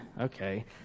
okay